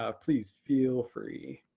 ah please feel free.